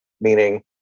meaning